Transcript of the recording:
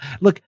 look